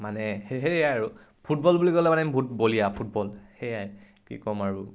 মানে সেই সেয়াই আৰু ফুটবল বুলি ক'লে মানে বহুত বলিয়া ফুটবল সেয়াই কি ক'ম আৰু